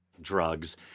drugs